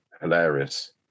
hilarious